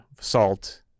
salt